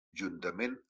juntament